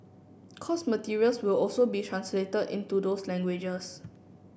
course materials will also be translated into those languages